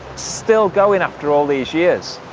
still going after all these years.